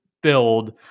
build